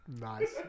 nice